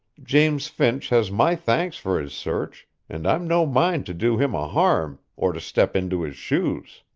james finch has my thanks for his search and i'm no mind to do him a harm, or to step into his shoes.